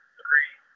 three